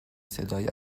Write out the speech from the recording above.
صدایی